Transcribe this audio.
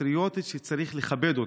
פטריוטית שצריך לכבד אותה.